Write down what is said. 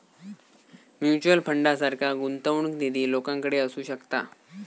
mutual फंडासारखा गुंतवणूक निधी लोकांकडे असू शकता